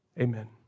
Amen